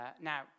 Now